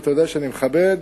ואתה יודע שאני מכבד,